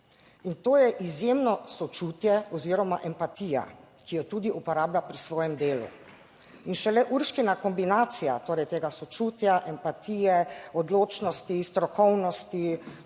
in to je izjemno sočutje oziroma empatija, ki jo tudi uporablja pri svojem delu. In šele Urškina kombinacija, torej tega sočutja, empatije, odločnosti, strokovnosti,